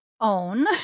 own